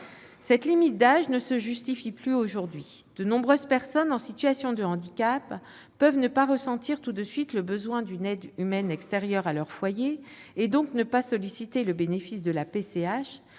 Cette limite d'âge ne se justifie plus aujourd'hui. De nombreuses personnes en situation de handicap, qui peuvent ne pas ressentir tout de suite le besoin d'une aide humaine extérieure à leur foyer et, donc, ne pas solliciter le bénéfice de la PCH,